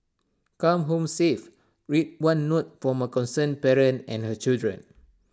come home safe read one note from A concerned parent and her children